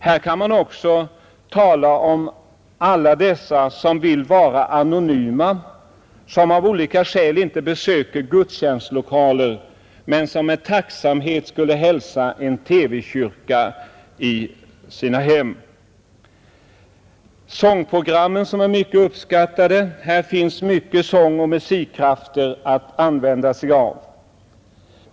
Här kan man också nämna alla de som vill vara anonyma och som av olika skäl inte besöker gudstjänstlokaler men som med tacksamhet skulle hälsa en TV-kyrka i sina hem. Sångprogrammen är också mycket uppskattade, och det finns många sångoch musikkrafter att använda sig av.